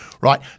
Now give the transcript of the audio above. Right